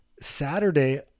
Saturday